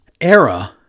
era